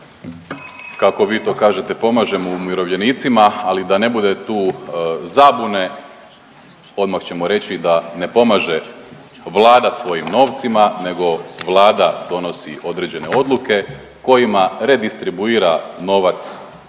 kako vi to kažete, pomažemo umirovljenicima, ali da ne bude tu zabune odmah ćemo reći da ne pomaže Vlada svojim novcima, nego Vlada donosi određene odluke kojima redistribuira novac hrvatskih